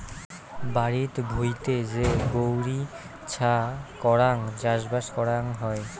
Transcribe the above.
বাড়িত ভুঁইতে যে গৈরী ছা করাং চাষবাস করাং হই